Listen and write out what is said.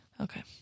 Okay